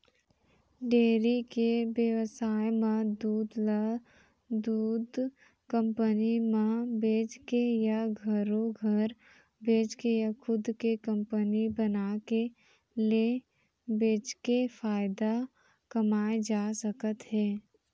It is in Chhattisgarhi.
डेयरी के बेवसाय म दूद ल दूद कंपनी म बेचके या घरो घर बेचके या खुदे के कंपनी बनाके ले बेचके फायदा कमाए जा सकत हे